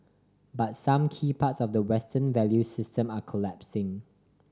but some key parts of the Western value system are collapsing